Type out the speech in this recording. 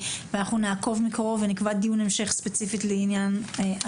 אנחנו נעקוב מקרוב ונקבע דיון המשך ספציפית על הנושא.